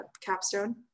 capstone